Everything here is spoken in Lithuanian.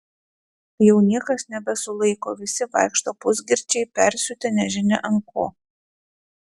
jau niekas nebesulaiko visi vaikšto pusgirčiai persiutę nežinia ant ko